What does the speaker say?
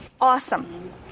awesome